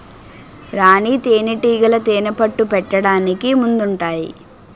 రాణీ తేనేటీగలు తేనెపట్టు పెట్టడానికి ముందుంటాయి